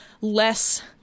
less